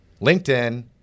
LinkedIn